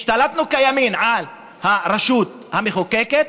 השתלטנו כימין על הרשות המחוקקת,